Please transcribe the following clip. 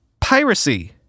piracy